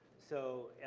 so